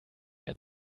mehr